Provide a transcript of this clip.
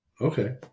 Okay